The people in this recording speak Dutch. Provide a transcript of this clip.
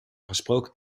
gesproken